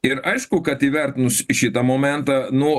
ir aišku kad įvertinus šitą momentą nu